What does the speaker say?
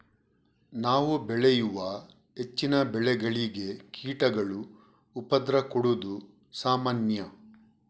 ನಾವು ಬೆಳೆಯುವ ಹೆಚ್ಚಿನ ಬೆಳೆಗಳಿಗೆ ಕೀಟಗಳು ಉಪದ್ರ ಕೊಡುದು ಸಾಮಾನ್ಯ